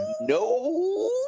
no